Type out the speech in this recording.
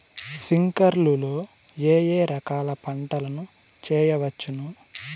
స్ప్రింక్లర్లు లో ఏ ఏ రకాల పంటల ను చేయవచ్చును?